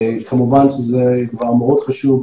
כמובן שזה דבר מאוד חשוב,